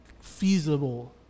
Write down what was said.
feasible